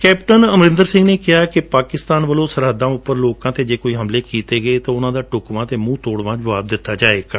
captain Amarinder Singh ਨੇ ਕਿਹਾ ਕਿ ਪਾਕਿਸਤਾਨ ਵੱਲੋਂ ਸਰਹਦਾਂ ਉਂਪਰ ਲੋਕਾਂ ਤੇ ਜੇ ਕੋਈ ਹਮਲੇ ਕੀਤੇ ਗਏ ਤਾਂ ਉਨਾਂ ਦਾ ਢੁਕਵਾਂ ਅਤੇ ਮੂੰਹ ਤੋੜਵਾਂ ਜਵਾਬ ਦਿੱਤਾ ਜਾਵੇਗਾ